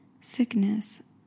sickness